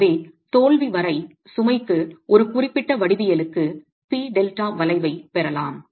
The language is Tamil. எனவே தோல்வி வரை சுமைக்கு ஒரு குறிப்பிட்ட வடிவியலுக்கு பி டெல்டா வளைவைப் பெறலாம்